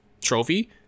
trophy